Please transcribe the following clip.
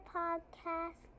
podcast